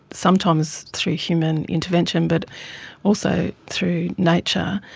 sometimes through human intervention, but also through nature,